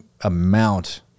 amount